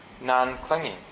Non-clinging